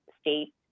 state